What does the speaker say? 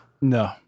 No